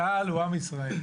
צה"ל הוא עם ישראל.